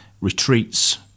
retreats